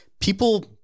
people